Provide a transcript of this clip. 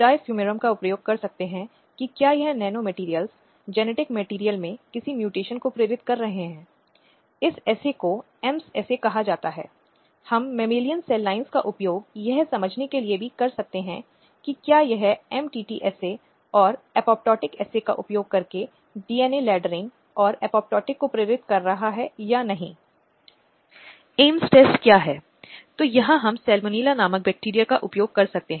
स्थानीय एनजीओ के साथ सरकारी निकायों आदि के साथ उनके विभिन्न सहयोगी भागीदारी हैं और वे अंतर्राष्ट्रीय स्तर पर समर्थन उत्पन्न करने की कोशिश करते हैं ताकि राष्ट्र राज्य विभिन्न मुद्दों पर ध्यान दें और उन्हें इस संबंध में उचित कदम उठा सकें